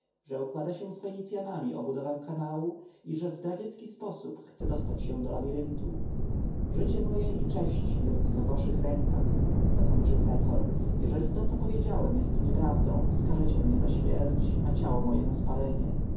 że układa się z fenicjanami o budowę kanału i że w zdradziecki sposób chce dostać się do labiryntu życie moje i cześć jest w waszych rękach zakończył herhor jeżeli to co powiedziałem jest nieprawdą skażecie mnie na śmierć a ciało moje na spalenie